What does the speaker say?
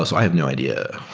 ah so i have no idea,